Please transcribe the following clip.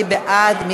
מי בעד?